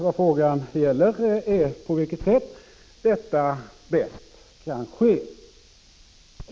Vad frågan gäller är på vilket sätt detta bäst kan ske.